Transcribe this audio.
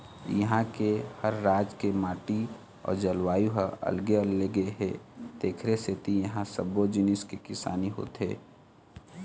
इहां के हर राज के माटी अउ जलवायु ह अलगे अलगे हे तेखरे सेती इहां सब्बो जिनिस के किसानी होथे